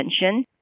attention